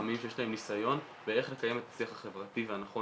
וחכמים שיש להם ניסיון באיך לקיים את השיח החברתי והנכון